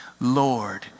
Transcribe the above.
Lord